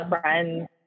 friends